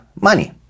money